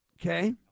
Okay